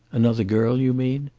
another girl, you mean?